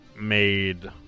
made